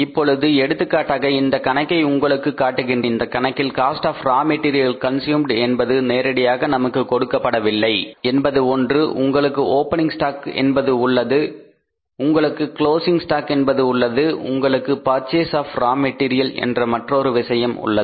இப்பொழுது எடுத்துக்காட்டாக இந்த கணக்கை உங்களுக்கு காட்டுகிறேன் இந்த கணக்கில் cost of raw material consumed என்பது நேரடியாக நமக்கு கொடுக்கப்படவில்லை உங்களுக்கு இரண்டு மூன்று தகவல்கள் கொடுக்கப்பட்டுள்ளன காஸ்ட் ஆப் ரா மெட்டீரியல் என்பது ஒன்று உங்களுக்கு ஓபனிங் ஸ்டாக் என்பது உள்ளது உங்களுக்கு க்ளோஸிங் ஸ்டாக் என்பது உள்ளது உங்களுக்கு பர்ச்சேஸ் ஆப் ரா மெட்டீரியல் என்ற மற்றொரு விஷயம் உள்ளது